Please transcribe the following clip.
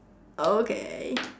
okay